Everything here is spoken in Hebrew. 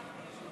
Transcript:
צבאי),